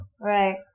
right